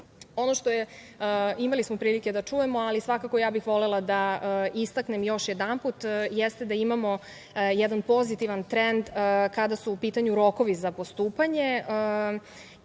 dinara. Imali smo prilike da čujemo, ali svakako ja bih volela da istaknem još jedanput da imamo jedan pozitivan trend kada su u pitanju rokovi za postupanje.